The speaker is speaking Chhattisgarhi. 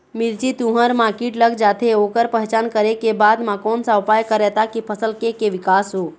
मिर्ची, तुंहर मा कीट लग जाथे ओकर पहचान करें के बाद मा कोन सा उपाय करें ताकि फसल के के विकास हो?